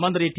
മന്ത്രി ടി